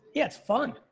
yeah, it's fun.